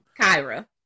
Kyra